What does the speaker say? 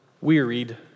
wearied